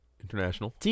International